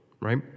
right